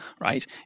right